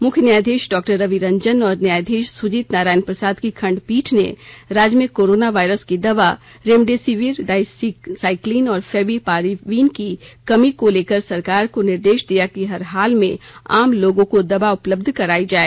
मुख्य न्यायाधीश डॉक्टर रवि रंजन और न्यायाधीश सुजीत नारायण प्रसाद की खंडपीठ ने राज्य में कोरोना वायरस की दवा रेमडेसिविर डाक्सीसाइक्लिन और फैवी पीरावीन की कमी को लेकर सरकार को निर्देश दिया कि हर हाल में आम लोगों को दवा उपलब्ध करायी जाए